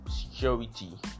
security